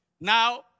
Now